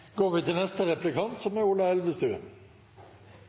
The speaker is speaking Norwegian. går til neste replikant. Det er